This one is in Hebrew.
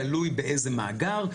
תלוי באיזה מאגר,